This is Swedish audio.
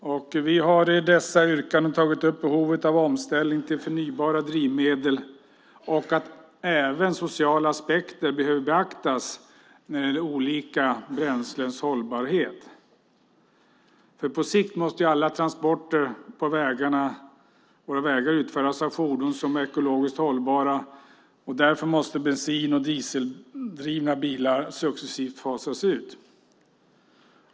Vi har i dessa yrkanden tagit upp behovet av omställning till förnybara drivmedel och att även sociala aspekter behöver beaktas när det gäller olika bränslens hållbarhet. På sikt måste alla transporter på våra vägar utföras av fordon som är ekologiskt hållbara, och därför måste användningen av bensin och dieseldrivna bilar successivt fasas ut.